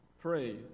Pray